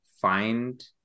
find